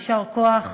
יישר כוח.